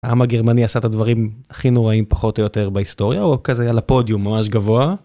העם הגרמני עשה את הדברים הכי נוראים פחות או יותר בהיסטוריה או כזה על הפודיום ממש גבוה.